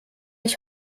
ich